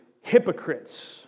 hypocrites